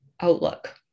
outlook